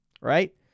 right